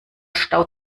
stau